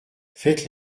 faites